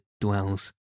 dwells